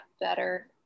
better